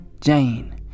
Jane